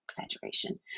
Exaggeration